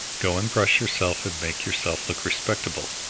go and brush yourself and make yourself look respectable.